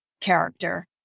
character